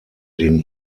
den